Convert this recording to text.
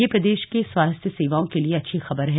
यह प्रदेश के स्वास्थ्य सेवाओं के लिए अच्छी खबर है